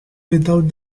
without